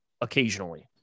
occasionally